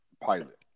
pilot